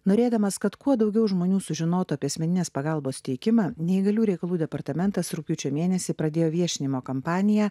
norėdamas kad kuo daugiau žmonių sužinotų apie asmeninės pagalbos teikimą neįgaliųjų reikalų departamentas rugpjūčio mėnesį pradėjo viešinimo kampaniją